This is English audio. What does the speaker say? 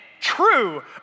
true